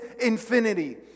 infinity